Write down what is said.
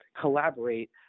collaborate